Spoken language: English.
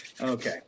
Okay